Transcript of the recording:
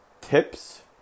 tips